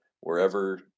wherever